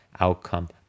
outcome